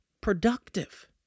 productive